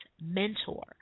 mentor